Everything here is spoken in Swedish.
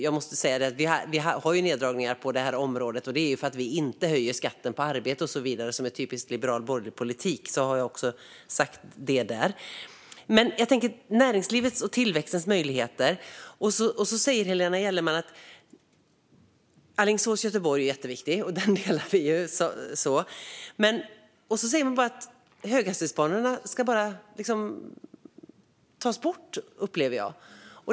Jag måste säga detta: Vi har neddragningar på detta område, och det är för att vi inte höjer skatten på arbete och så vidare, som är en typisk liberal och borgerlig politik. Då har jag sagt det. Men nu tänker jag på näringslivets och tillväxtens möjligheter. Helena Gellerman säger att sträckan Alingsås-Göteborg är jätteviktig. Den uppfattningen delar vi. Sedan säger hon att höghastighetsbanorna liksom ska tas bort, upplever jag.